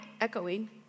echoing